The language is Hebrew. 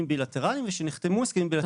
בילטרליים ושנחתמו הסכמים בילטרליים.